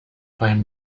beim